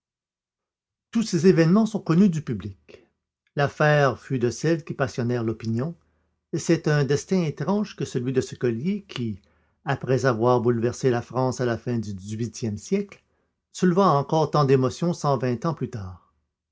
tous ces événements sont connus du public l'affaire fut de celles qui passionnèrent l'opinion et c'est un destin étrange que celui de ce collier qui après avoir bouleversé la france à la fin du dix-huitième siècle souleva encore tant d'émotion un siècle plus tard